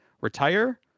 retire